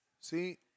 See